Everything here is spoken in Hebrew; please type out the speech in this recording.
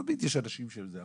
תמיד יהיו אנשים ש אבל